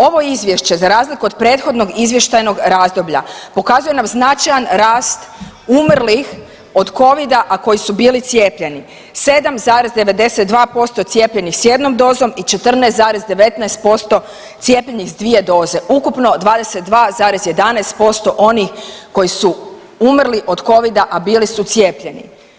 Ovo izvješće za razliku od prethodnog izvještajnog razdoblja pokazuje nam značajan rast umrlih od Covida, a koji su bili cijepljeni 7,92% cijepljenih s jednom dozom i 14,19% cijepljenih s dvije doze, ukupno 22,11% onih koji su umrli od Covida, a bili su cijepljeni.